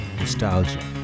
nostalgia